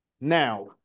Now